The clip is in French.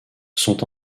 sont